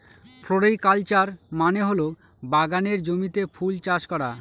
floriculture মানে হল বাগানের জমিতে ফুল চাষ করা